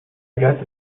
get